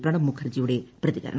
പ്രണബ് മുഖർജിയുടെ പ്രതികരണം